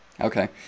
Okay